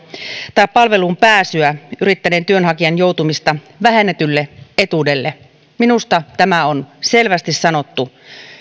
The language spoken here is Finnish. tai palveluun pääsyä yrittäneen työnhakijan joutumista vähennetylle etuudelle minusta tämä on selvästi sanottu